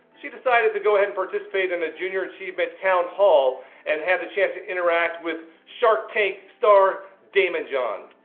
she decided to go ahead and participate in a junior achievement town hall and had the chance to interact with shark tank star daymond john.